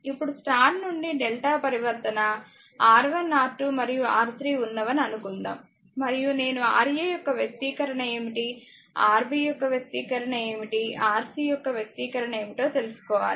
ఇప్పుడు స్టార్ నుండి డెల్టా పరివర్తనR1R2 మరియు R3 ఉన్నవని అనుకుందాం మరియు నేను Ra యొక్క వ్యక్తీకరణ ఏమిటి Rb యొక్క వ్యక్తీకరణ ఏమిటి Rc యొక్క వ్యక్తీకరణ ఏమిటో తెలుసుకోవాలి